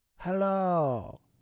Hello